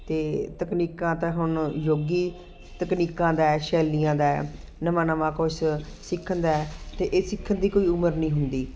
ਅਤੇ ਤਕਨੀਕਾਂ ਤਾਂ ਹੁਣ ਯੁੱਗ ਹੀ ਤਕਨੀਕਾਂ ਦਾ ਹੈ ਸ਼ੈਲੀਆਂ ਦਾ ਹੈ ਨਵਾਂ ਨਵਾਂ ਕੁਛ ਸਿੱਖਣ ਦਾ ਹੈ ਅਤੇ ਇਹ ਸਿੱਖਣ ਦੀ ਕੋਈ ਉਮਰ ਨਹੀਂ ਹੁੰਦੀ